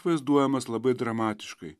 vaizduojamas labai dramatiškai